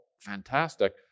fantastic